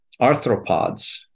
arthropods